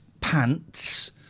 pants